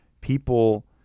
People